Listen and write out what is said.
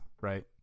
right